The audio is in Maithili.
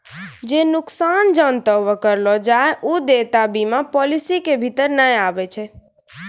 जे नुकसान जानते हुये करलो जाय छै उ देयता बीमा पालिसी के भीतर नै आबै छै